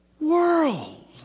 world